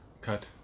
Cut